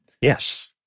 Yes